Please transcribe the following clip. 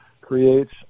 creates